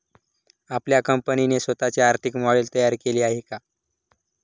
आपल्या कंपनीने स्वतःचे आर्थिक मॉडेल तयार केले आहे का?